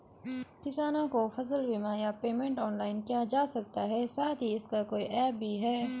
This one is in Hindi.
किसानों को फसल बीमा या पेमेंट ऑनलाइन किया जा सकता है साथ ही इसका कोई ऐप भी है?